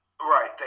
Right